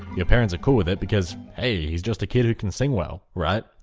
your parents are cool with it because hey, he's just a kid who can sing well right?